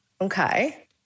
Okay